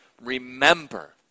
remember